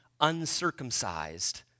uncircumcised